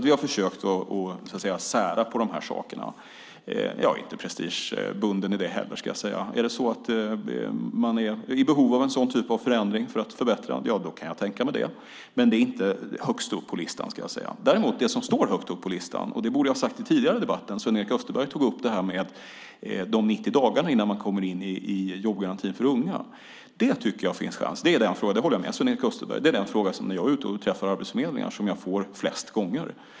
Vi har försökt att sära på de här sakerna, men jag är inte prestigebunden i detta heller, ska jag säga. Om man är i behov av en sådan förändring för att förbättra kan jag tänka mig att göra det, men det står inte högst upp på listan. Men något som står högt upp på listan är det som Sven-Erik Österberg tog upp om de 90 dagarna innan man kommer in i jobbgarantin för unga. Där håller jag med Sven-Erik Österberg. Det är den fråga som jag får flest gånger när jag är ute och träffar folk på arbetsförmedlingarna.